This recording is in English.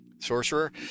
sorcerer